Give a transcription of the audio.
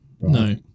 no